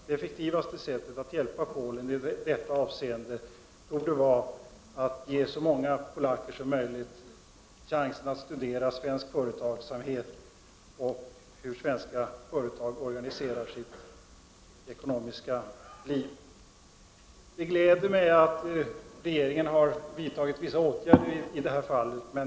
Det effektivaste sättet att hjälpa Polen i detta avseende torde vara att ge så många polacker som möjligt chansen att studera svensk företagsamhet och hur svenska företag organiserar sitt ekonomiska liv. Det gläder mig att regeringen har vidtagit vissa åtgärder i det här fallet.